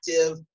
active